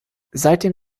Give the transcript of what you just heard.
seitdem